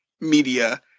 media